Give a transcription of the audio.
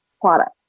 product